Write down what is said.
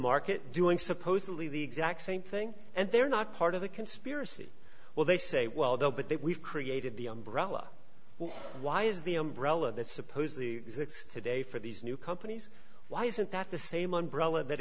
market doing supposedly the exact same thing and they're not part of the conspiracy well they say well but that we've created the umbrella why is the umbrella that suppose the exists today for these new companies why isn't that the same umbrella that